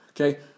Okay